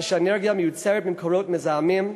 וכשהאנרגיה מיוצרת ממקורות מזהמים,